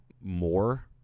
more –